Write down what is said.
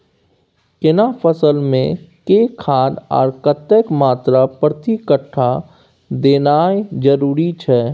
केना फसल मे के खाद आर कतेक मात्रा प्रति कट्ठा देनाय जरूरी छै?